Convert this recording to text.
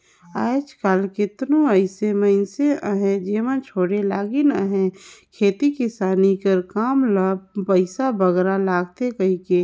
आएज काएल केतनो अइसे मइनसे अहें जेमन छोंड़े लगिन अहें खेती किसानी कर काम ल पइसा बगरा लागथे कहिके